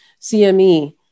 CME